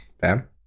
Bam